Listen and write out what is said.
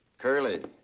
curley.